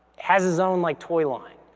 has his own like toy line.